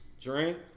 drink